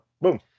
Boom